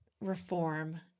reform